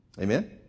Amen